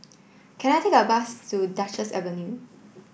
can I take a bus to Duchess Avenue